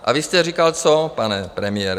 A vy jste říkal co, pane premiére?